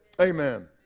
Amen